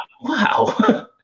Wow